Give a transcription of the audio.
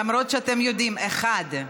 למרות שאתם יודעים: אחד.